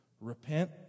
repent